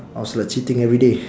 I was like cheating every day